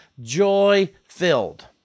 joy-filled